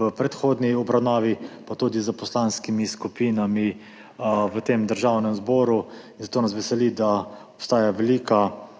v predhodni obravnavi pa tudi s poslanskimi skupinami v Državnem zboru. Zato nas veseli, da obstaja velika